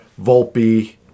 Volpe